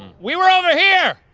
we were over here.